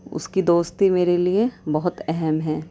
اس کی دوستی میرے لیے بہت اہم ہے